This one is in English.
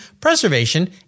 Preservation